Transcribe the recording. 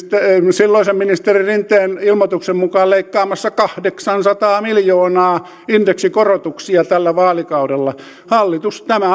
silloisen ministeri rinteen ilmoituksen mukaan leikkaamassa kahdeksansataa miljoonaa indeksikorotuksia tällä vaalikaudella tämä